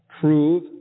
prove